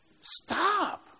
Stop